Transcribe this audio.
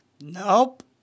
Nope